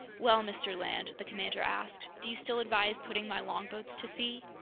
well, mr. land, the commander asked, do you still advise putting my longboats to sea?